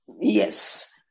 Yes